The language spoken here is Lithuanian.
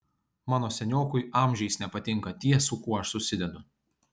mano seniokui amžiais nepatinka tie su kuo aš susidedu